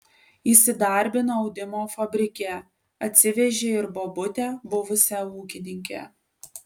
įsidarbino audimo fabrike atsivežė ir bobutę buvusią ūkininkę